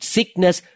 Sickness